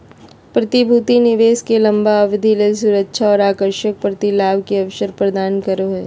प्रतिभूति निवेश के लंबा अवधि ले सुरक्षा और आकर्षक प्रतिलाभ के अवसर प्रदान करो हइ